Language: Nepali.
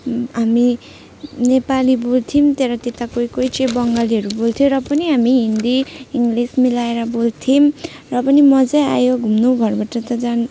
हामी नेपाली बोल्थ्यौँ तर त्यता कोही कोही चाहिँ बङ्गालीहरू बोल्थ्यो र पनि हामी हिन्दी इङ्ग्लिस मिलाएर बोल्थ्यौँ र पनि मजै आयो घुम्नु घरबाट त जानु